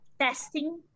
testing